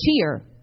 cheer